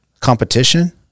competition